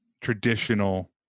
traditional